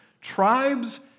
tribes